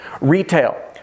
Retail